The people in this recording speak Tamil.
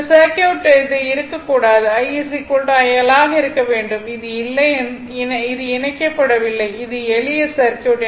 இந்த சர்க்யூட் இது இருக்கக்கூடாது I IL ஆக இருக்க வேண்டும் அது இல்லை இது இணைக்கப்படவில்லை இது எளிய சர்க்யூட்